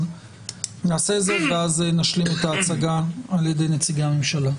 נעשה זאת ואז נשלים את ההצגה ע"י נציגי הממשלה.